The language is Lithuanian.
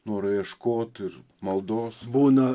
norą ieškoti ir maldos būdą